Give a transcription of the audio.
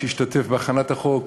שהשתתף בהכנת החוק,